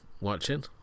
watching